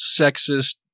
sexist